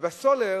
ובסולר,